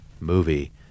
movie